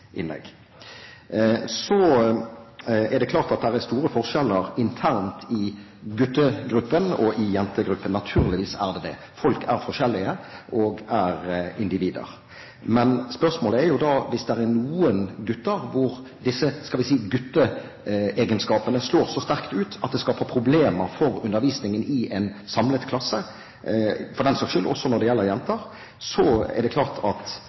innlegg. Det er klart at det er store forskjeller internt i guttegruppen og i jentegruppen – naturligvis er det det, folk er forskjellige individer. Men spørsmålet er jo da: Hvis det er noen tilfeller hvor disse, skal vi si, gutteegenskapene slår så sterkt ut at det skaper problemer for undervisningen i en samlet klasse – for den saks skyld også når det gjelder jenter – er det klart at